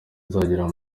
nzagira